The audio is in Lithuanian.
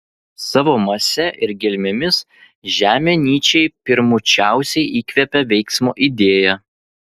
savo mase ir gelmėmis žemė nyčei pirmučiausiai įkvepia veiksmo idėją